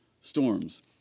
storms